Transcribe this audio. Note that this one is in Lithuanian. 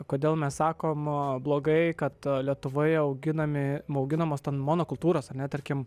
kodėl mes sakom blogai kad lietuvoje auginami auginamos tan monokultūros ar ne tarkim